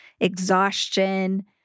exhaustion